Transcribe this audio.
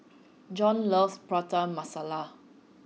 Jon loves Prata Masala